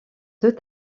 deux